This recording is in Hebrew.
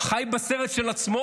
חי בסרט של עצמו,